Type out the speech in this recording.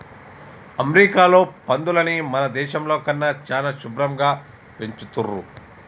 అమెరికాలో పందులని మన దేశంలో కన్నా చానా శుభ్భరంగా పెంచుతున్రు